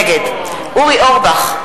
נגד אורי אורבך,